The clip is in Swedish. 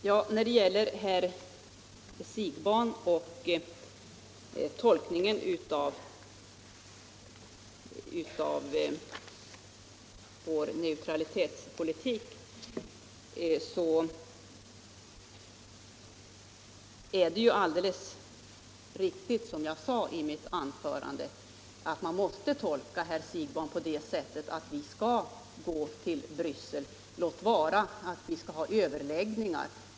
Till herr Siegbahn vill jag säga att när det gäller vår neutralitetspolitik måste man, som jag sade i mitt anförande, tolka herr Siegbahns uttalande på det sättet att vi skall gå till Bryssel, låt vara att vi skall ha överläggningar.